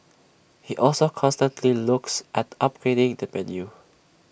he also constantly looks at upgrading the menu